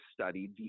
studied